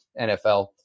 NFL